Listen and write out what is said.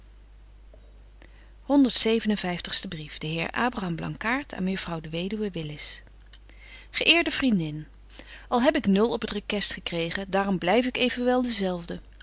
vyftigste brief de heer abraham blankaart aan mejuffrouw de weduwe willis ge eerde vriendin al heb ik nul op het request gekregen daarom blyf ik evenwel dezelfde